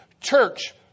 Church